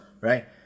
right